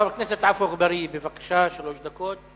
חבר הכנסת עפו אגבאריה, בבקשה, שלוש דקות.